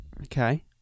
Okay